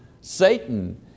Satan